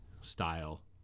style